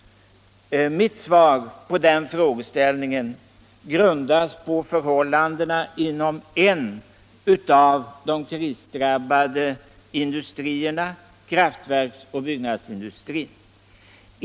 Mitt svar på den frågan grundas på förhållandena inom en av de krisdrabbade industrierna — kraftverksoch byggnadsindustrin.